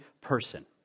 person